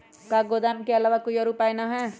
का गोदाम के आलावा कोई और उपाय न ह?